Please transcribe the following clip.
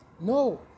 No